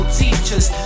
teachers